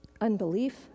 Unbelief